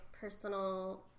personal